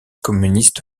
communiste